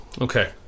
Okay